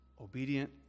obedient